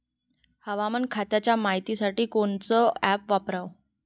हवामान खात्याच्या मायतीसाठी कोनचं ॲप वापराव?